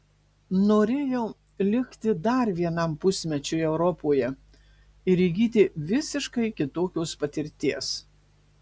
norėjau likti dar vienam pusmečiui europoje ir įgyti visiškai kitokios patirties